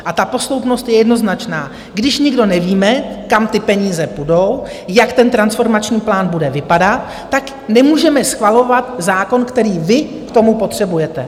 A ta posloupnost je jednoznačná: když nikdo nevíme, kam ty peníze půjdou, jak ten transformační plán bude vypadat, tak nemůžeme schvalovat zákon, který vy k tomu potřebujete.